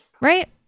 Right